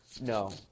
No